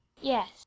yes